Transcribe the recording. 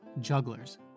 jugglers